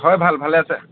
হয় ভাল ভালে আছে